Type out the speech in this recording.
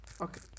Okay